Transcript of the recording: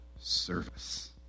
service